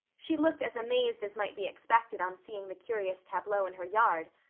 she looked as amazed as might be expected on seeing the curious tableau in her yard,